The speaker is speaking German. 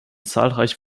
zahlreiche